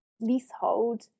leasehold